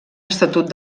estatut